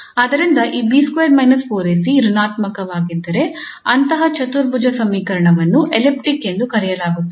ಆದ್ದರಿಂದ ಈ 𝐵2 − 4𝐴𝐶 ಋಣಾತ್ಮಕವಾಗಿದ್ದರೆ ಅಂತಹ ಚತುರ್ಭುಜ ಸಮೀಕರಣವನ್ನು ಎಲಿಪ್ಟಿಕ್ ಎಂದು ಕರೆಯಲಾಗುತ್ತದೆ